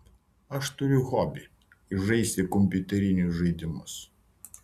aš turiu hobį žaisti kompiuterinius žaidimus